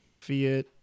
fiat